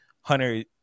Hunter